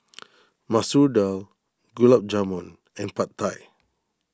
Masoor Dal Gulab Jamun and Pad Thai